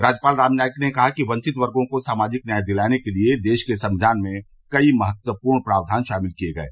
राज्यपाल श्री नाईक ने कहा कि वंचित वर्गो को सामाजिक न्याय दिलाने के लिए देश के संविधान में कई महत्वपूर्ण प्रावधान शामिल किये